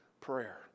prayer